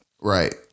Right